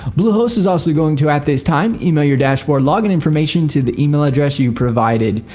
bluehost is also going to at this time email your dashboard login information to the email address you provided.